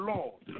Lord